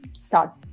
start